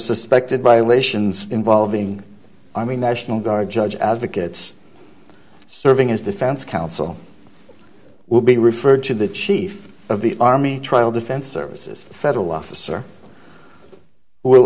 suspected violations involving army national guard judge advocate serving as defense counsel will be referred to the chief of the army trial defense services federal officer will